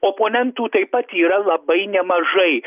oponentų taip pat yra labai nemažai